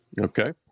Okay